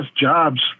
jobs